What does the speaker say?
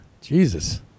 Jesus